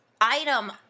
item